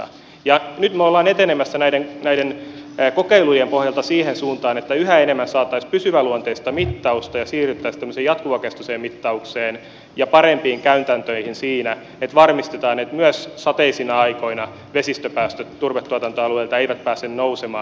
nyt me olemme etenemässä näiden kokeilujen pohjalta siihen suuntaan että yhä enemmän saataisiin pysyväluonteista mittausta ja siirryttäisiin tämmöiseen jatkuvakestoiseen mittaukseen ja parempiin käytäntöihin siinä että varmistetaan että myöskään sateisina aikoina vesistöpäästöt turvetuotantoalueilta eivät pääse nousemaan